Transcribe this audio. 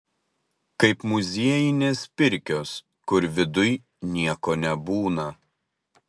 kaip muziejinės pirkios kur viduj nieko nebūna